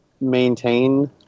maintain